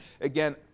Again